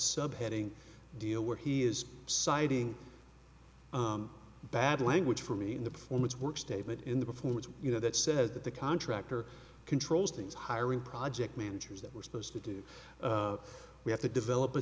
subheading deal where he is citing bad language for me in the performance work statement in the performance you know that says that the contractor controls things hiring project managers that we're supposed to do we have to develop a